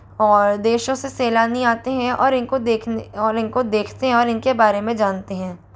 और देशों से सैलानी आते हैं और इन को देखने और इन को देखते हैं और इनके बारे में जानते हैं